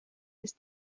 ist